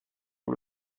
ont